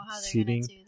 seating